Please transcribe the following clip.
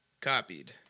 Copied